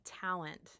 talent